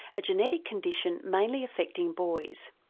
a genetic condition mainly affecting boys.